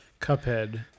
cuphead